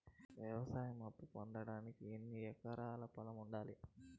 వ్యవసాయ అప్పు పొందడానికి ఎన్ని ఎకరాల పొలం ఉండాలి?